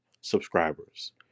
subscribers